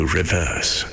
reverse